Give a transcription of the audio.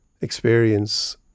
experience